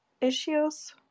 issues